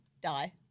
die